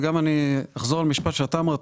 ואני גם אחזור על משפט שאמרת.